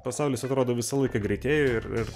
pasaulis atrodo visą laiką greitėja ir